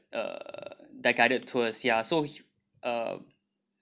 uh their guided tours ya so he uh